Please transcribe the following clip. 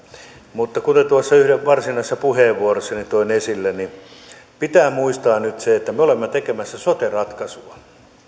mutta kuten tuossa varsinaisessa puheenvuorossani toin esille pitää muistaa nyt se että me olemme tekemässä sote ratkaisua